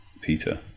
Peter